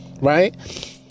right